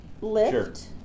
Lift